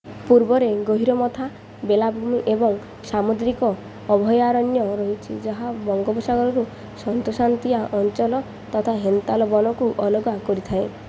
ପୂର୍ବରେ ଗହିରମଥା ବେଳାଭୂମି ଏବଂ ସାମୁଦ୍ରିକ ଅଭୟାରଣ୍ୟ ରହିଛି ଯାହା ବଙ୍ଗୋପସାଗରରୁ ସନ୍ତସନ୍ତିଆ ଅଞ୍ଚଳ ତଥା ହେନ୍ତାଳ ବଣକୁ ଅଲଗା କରିଥାଏ